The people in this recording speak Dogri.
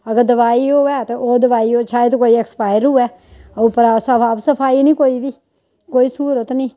अगर दोआई होऐ ते ओह् दोआई शाैद कोई ऐक्सपायर होऐ उप्परा साफ सफाई निं कोई बी कोई स्हूलत निं